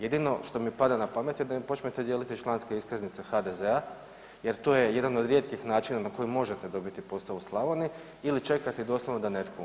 Jedino što mi pada na pamet je da im počnete dijeliti članske iskaznice HDZ-a jer to je jedan od rijetkih načina na koji možete dobiti posao u Slavoniji ili čekati doslovno da netko umre.